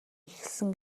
эхэлсэн